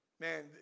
Man